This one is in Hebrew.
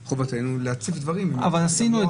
הניסוח --- חובתנו להציף דברים ולהביא את